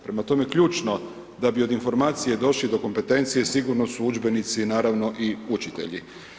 Prema tome, ključno da bi od informacije došli do kompetencije, sigurno su udžbenici, naravno, i učitelji.